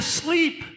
sleep